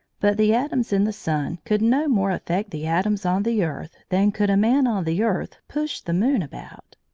but the atoms in the sun could no more affect the atoms on the earth than could a man on the earth push the moon about.